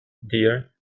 dear